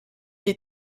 des